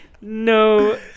No